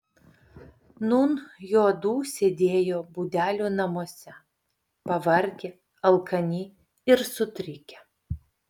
nūn juodu sėdėjo budelio namuose pavargę alkani ir sutrikę